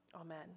Amen